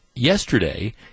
yesterday